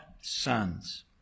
sons